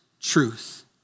truth